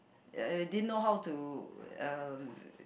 uh didn't know how to uh